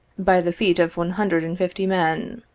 by the feet of one hundred and fifty men.